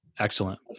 Excellent